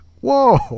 whoa